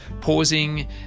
pausing